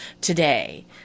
today